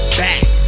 back